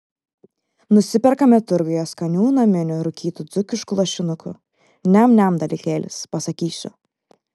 nusiperkame turguje skanių naminių rūkytų dzūkiškų lašinukų niam niam dalykėlis pasakysiu